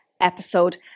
episode